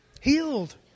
healed